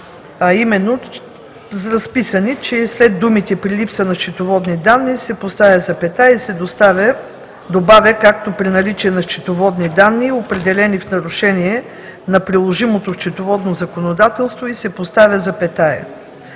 е разписано, че след думите: „При липса на счетоводни данни – се поставя запетая и се добавя – както при наличие на счетоводни данни, определени в нарушение на приложимото счетоводно законодателство“ и се поставя запетая“.